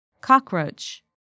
Cockroach